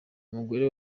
umugore